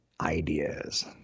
ideas